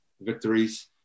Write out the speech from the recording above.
victories